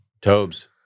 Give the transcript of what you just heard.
Tobes